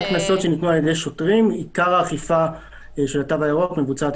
הוראות התפוסה באזור התיירות הירוק יהיו